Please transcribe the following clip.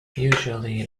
usually